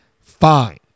fine